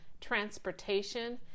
transportation